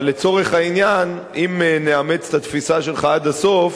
אבל לצורך העניין, אם נאמץ את התפיסה שלך עד הסוף,